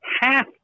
half